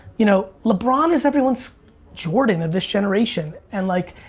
you know lebron is everyone's jordan of this generation and like,